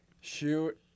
Shoot